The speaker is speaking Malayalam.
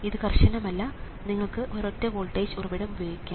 ഇത് കർശനമല്ല നിങ്ങൾക്ക് ഒരൊറ്റ വോൾട്ടേജ് ഉറവിടം ഉപയോഗിക്കാം